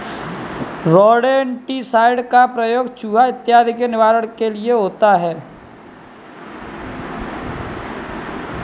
rodenticide का प्रयोग चुहा इत्यादि के निवारण के लिए होता है